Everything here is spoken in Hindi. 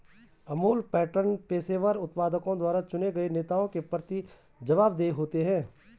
अमूल पैटर्न पेशेवर उत्पादकों द्वारा चुने गए नेताओं के प्रति जवाबदेह होते हैं